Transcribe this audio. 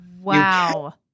Wow